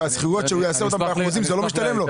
והשכירויות שהוא יעשה אותם באחוזים זה לא משתלם לו.